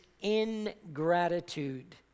ingratitude